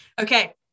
Okay